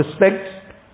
respect